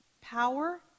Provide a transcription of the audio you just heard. power